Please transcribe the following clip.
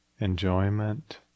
enjoyment